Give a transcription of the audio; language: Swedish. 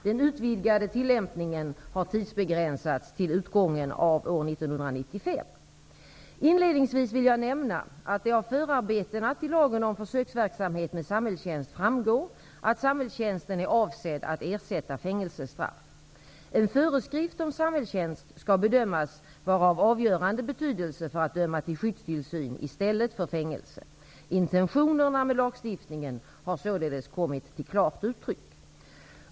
Den utvidgade tillämpningen har tidsbegränsats till utgången av år Inledningsvis vill jag nämna att det av förarbetena till lagen om försöksverksamhet med samhällstjänst framgår att samhällstjänsten är avsedd att ersätta fängelsestraff. En föreskrift om samhällstjänst skall bedömas vara av avgörande betydelse när det gäller att döma till skyddstillsyn i stället för fängelse. Intentionerna med lagstiftningen har således kommit till klart uttryck.